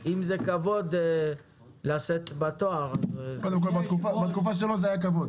נקודת פתיחה: עשו שתי רפורמות ישירות קטנות בעבר בישראל,